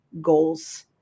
goals